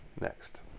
next